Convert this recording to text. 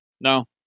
No